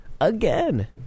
again